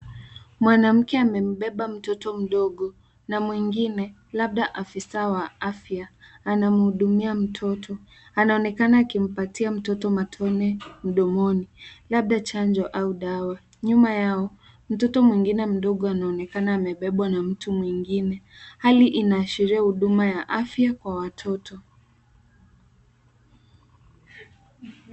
Mwanamke ame mbeba mtoto mdogo na mwingine labda afisa wa afya anamhudumia mtoto anaonekana akimpatia mtoto matone mdomoni labda chanjo au dawa nyuma yao mtoto mwingine mdogo anaonekana amebebwa na mtu mwingine hali inaashiria huduma ya afya kwa watoto.